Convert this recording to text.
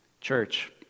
Church